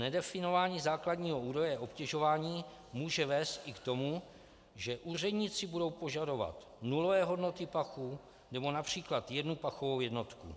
Nedefinování základního údaje obtěžování může vést i k tomu, že úředníci budou požadovat nulové hodnoty pachu nebo například jednu pachovou jednotku.